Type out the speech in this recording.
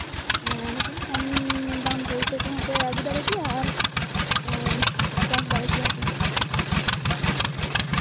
ᱮᱱᱰᱮᱠᱷᱟᱱ ᱠᱚᱢ ᱫᱟᱢ ᱛᱮᱦᱚᱸ ᱤᱛᱟᱹ ᱠᱚᱦᱚᱸ ᱯᱮ ᱟᱹᱜᱩ ᱫᱟᱲᱮᱭᱟᱜᱼᱟ ᱟᱨ ᱯᱮ ᱪᱟᱥ ᱫᱟᱲᱮ ᱠᱮᱭᱟ